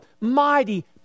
mighty